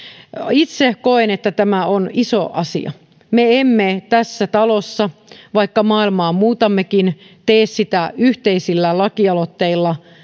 itse koen että tämä on iso asia vaikka me tässä talossa maailmaa muutammekin me emme tee sitä tällaisilla yhteisillä lakialoitteilla ja